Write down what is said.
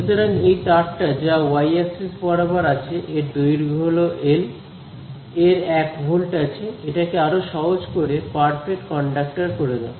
সুতরাং এই তারটা যা ওয়াই এক্সিস বরাবর আছে এর দৈর্ঘ্য হল এল এর এক ভোল্ট আছে এটাকে আরো সহজ করে পারফেক্ট কন্ডাক্টর করে দাও